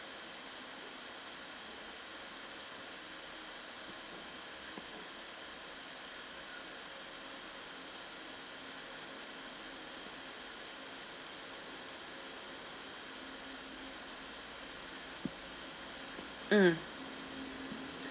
mm